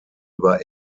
über